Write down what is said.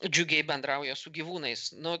džiugiai bendrauja su gyvūnais nu